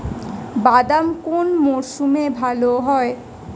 বাদাম কোন মরশুমে ভাল হয়?